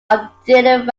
updated